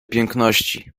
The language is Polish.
piękności